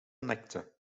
nectar